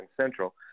Central